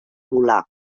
volar